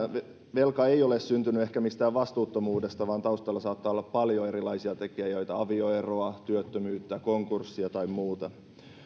velka ei ole syntynyt ehkä mistään vastuuttomuudesta vaan taustalla saattaa olla paljon erilaisia tekijöitä avioeroa työttömyyttä konkurssia tai muuta